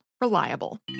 reliable